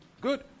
Good